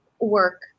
work